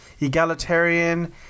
egalitarian